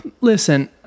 Listen